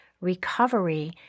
recovery